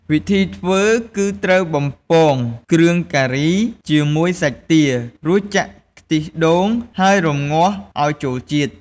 វិធីធ្វើគឺត្រូវបំពងគ្រឿងការីជាមួយសាច់ទា រួចចាក់ខ្ទិះដូង ហើយរំងាស់ឱ្យចូលជាតិ។